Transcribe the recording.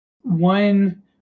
one